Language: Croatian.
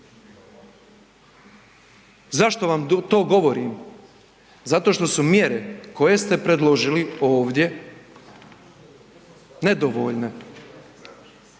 Zašto vam to govorim? Zato što su mjere koje ste predložili ovdje nedovoljne.